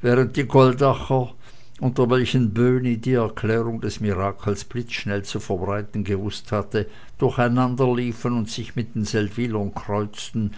während die goldacher unter welchen böhni die erklärung des mirakels blitzschnell zu verbreiten gewußt hatte durcheinanderliefen und sich mit den seldwylern kreuzten